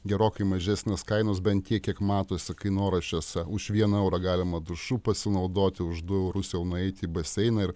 gerokai mažesnės kainos bent tiek kiek matosi kainoraščiuose už vieną eurą galima dušu pasinaudoti už du eurus jau nueiti į baseiną ir